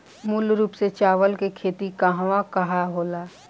मूल रूप से चावल के खेती कहवा कहा होला?